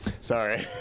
sorry